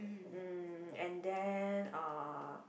um and then uh